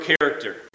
character